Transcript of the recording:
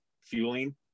fueling